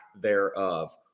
thereof